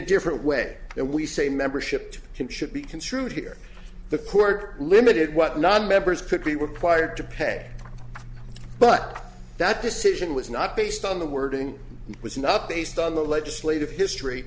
different way and we say membership can should be construed here the court limited what nonmembers could be required to pay but that decision was not based on the wording it was not based on the legislative history